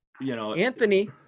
Anthony